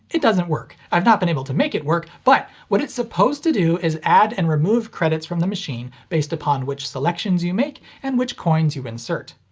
it doesn't work, i've not been able to make it work, but what it's supposed to do is add and remove credits from the machine based upon which selections you make and which coins you insert.